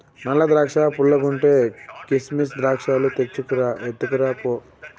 నల్ల ద్రాక్షా పుల్లగుంటే, కిసిమెస్ ద్రాక్షాలు తెచ్చుకు రా, ఎత్తుకురా పో